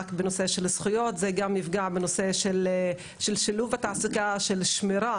3% של ערבים בהייטק זה בהחלט לא הגאווה שלנו.